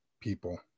people